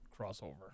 crossover